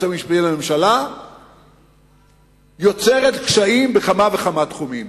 המשפטי לממשלה יוצרת קשיים בכמה וכמה תחומים.